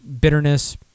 bitterness